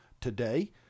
today